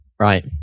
Right